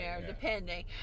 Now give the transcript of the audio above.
depending